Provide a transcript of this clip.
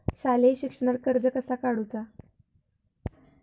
शालेय शिक्षणाक कर्ज कसा काढूचा?